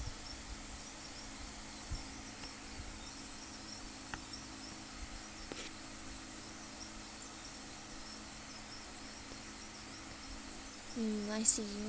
mm I see